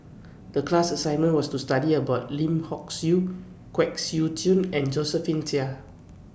The class assignment was to study about Lim Hock Siew Kwek Siew Jin and Josephine Chia